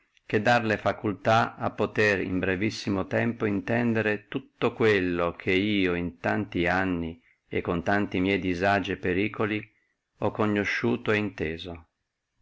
che darle facultà di potere in brevissimo tempo intendere tutto quello che io in tanti anni e con tanti mia disagi e periculi ho conosciuto